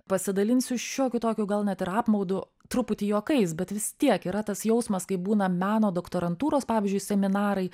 pasidalinsiu šiokiu tokiu gal net ir apmaudu truputį juokais bet vis tiek yra tas jausmas kai būna meno doktorantūros pavyzdžiui seminarai